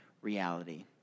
reality